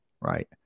right